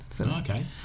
Okay